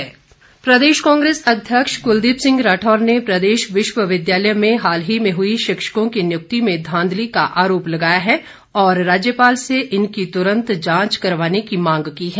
कुलदीप राठौर प्रदेश कांग्रेस अध्यक्ष कुलदीप सिंह राठौर ने प्रदेश विश्वविद्यालय में हाल ही में हुई शिक्षकों की नियुक्तियों में धांधली का आरोप लगाया है और राज्यपाल से इनकी तुरंत जांच करवाने की मांग की है